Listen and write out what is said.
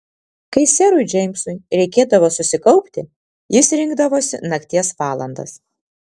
kai serui džeimsui reikėdavo susikaupti jis rinkdavosi nakties valandas